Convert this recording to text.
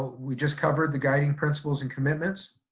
we just covered the guiding principles and commitments.